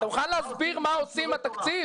אתה מוכן להסביר מה עושים עם התקציב?